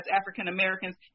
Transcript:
African-Americans